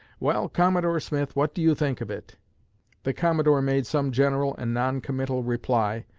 well, commodore smith, what do you think of it the commodore made some general and non-committal reply,